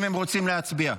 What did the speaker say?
אם הם רוצים להצביע.